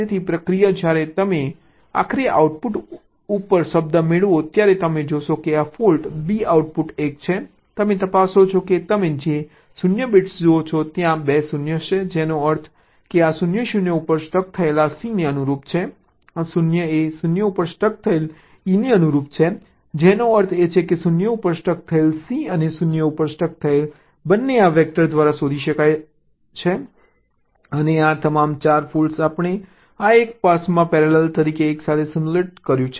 તેથી પ્રક્રિયામાં જ્યારે તમે આખરે આઉટપુટ ઉપર શબ્દ મેળવો છો ત્યારે તમે જોશો કે તમારું ફોલ્ટ ફ્રી આઉટપુટ 1 છે તમે તપાસો છો કે તમે જે 0 બિટ્સ જુઓ છો ત્યાં 2 શૂન્ય છે જેનો અર્થ છે કે આ 0 0 ઉપર સ્ટક થયેલા c ને અનુરૂપ છે આ 0 એ 0 ઉપર સ્ટક થયેલ e ને અનુરૂપ છે જેનો અર્થ છે કે 0 ઉપર સ્ટક થયેલ c અને 0 ઉપર સ્ટક થયેલ બંને આ વેક્ટર દ્વારા શોધી કાઢવામાં આવે છે અને આ તમામ 4 ફોલ્ટ્સ આપણે આ 1 પાસમાં પેરેલલ રીતે એકસાથે સિમ્યુલેટ કર્યું છે